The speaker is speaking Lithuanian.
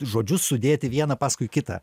žodžius sudėti vieną paskui kitą